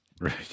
right